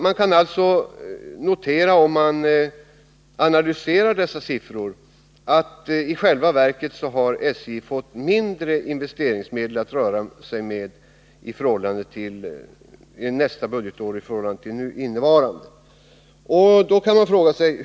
Man kan alltså notera, om man analyserar dessa siffror, att i själva verket har SJ fått mindre investeringsmedel att röra sig med nästa budgetår.